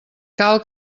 cal